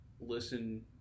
listen